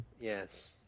Yes